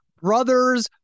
brother's